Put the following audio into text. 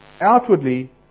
Outwardly